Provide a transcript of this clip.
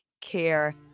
care